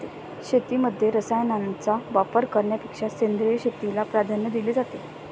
शेतीमध्ये रसायनांचा वापर करण्यापेक्षा सेंद्रिय शेतीला प्राधान्य दिले जाते